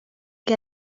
que